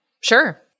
Sure